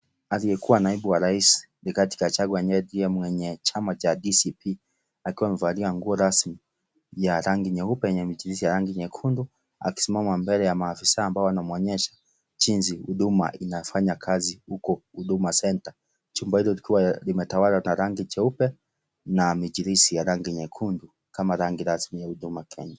Aliyekua naibu wa rais Rigathi Gachagua ambaye ndiye mwenye chama cha DCP akiwa amevalia nguo rasmi ya rangi nyeupe yenye michirizi ya rangi nyekundu, akisimama mbele ya maafisa ambao wanamuonyesha jinsi huduma inafanya kazi huko Huduma Center, jumba hilo likiwa limetawala rangi jeupe na michirizi ya rangi nyekundu kama rangi rasmi ya Huduma Kenya.